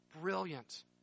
Brilliant